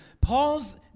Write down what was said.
Paul's